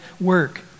work